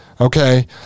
Okay